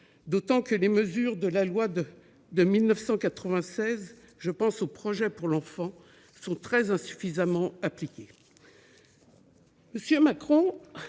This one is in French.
d'autant que les mesures de la loi de 1996, je pense aux projets pour l'enfant, sont très insuffisamment appliquées.